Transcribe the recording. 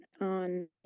on